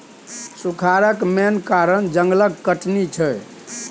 सुखारक मेन कारण जंगलक कटनी छै